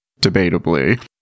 debatably